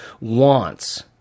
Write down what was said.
wants